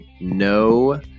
no